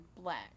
black